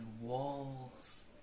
walls